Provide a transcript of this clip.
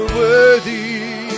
worthy